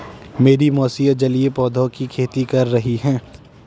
मेरी मौसी जलीय पौधों की खेती कर रही हैं